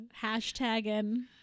hashtagging